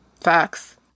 facts